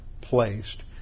placed